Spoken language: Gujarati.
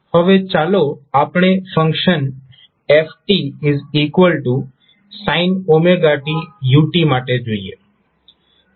હવે ચાલો આપણે ફંક્શન fsin t u માટે જોઈએ